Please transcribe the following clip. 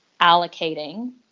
allocating